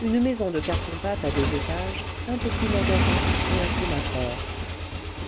une maison de carton pâte à deux étages un petit magasin et un sémaphore